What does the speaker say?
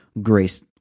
grace